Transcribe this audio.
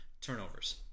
turnovers